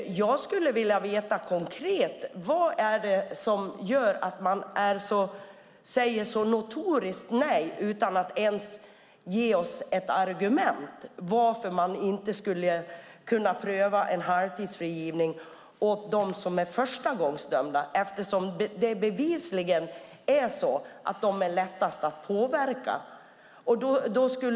Jag skulle vilja veta vad konkret det är som gör att man så notoriskt säger nej utan att ge oss något argument för varför en halvtidsfrigivning inte skulle kunna prövas vad gäller de förstagångsdömda. De är bevisligen det lättaste att påverka.